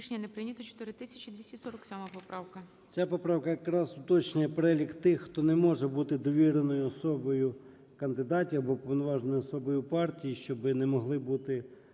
Ця поправка якраз уточнює переліку тих, хто не може бути довіреною особою кандидатів або уповноваженою особою партій, щоби не могли бути